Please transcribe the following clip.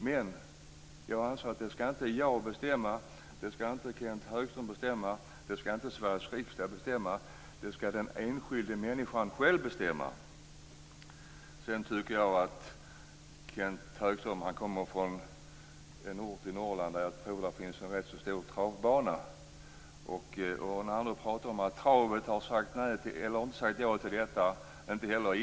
Men jag anser att jag, Kenth Högström och Sveriges riksdag inte skall bestämma, utan den enskilde människan skall själv bestämma. Kenth Högström kommer från en ort i Norrland där jag tror att det finns en stor travbana. Kenth Högström säger att travet och idrotten inte har sagt ja till kasino.